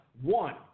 one